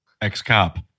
ex-cop